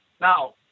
Now